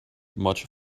much